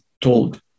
told